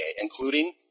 including